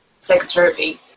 psychotherapy